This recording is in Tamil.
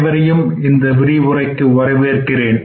அனைவரையும் வரவேற்கிறேன்